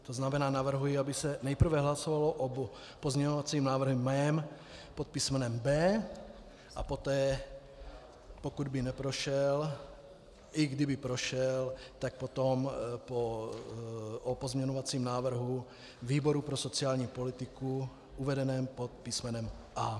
To znamená, navrhuji, aby se nejprve hlasovalo o pozměňovacím návrhu mém pod písmenem B a poté, pokud by neprošel, a i kdyby prošel, tak potom o pozměňovacím návrhu výboru pro sociální politiku uvedeném pod písmenem A.